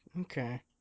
okay